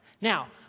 now